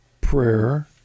prayer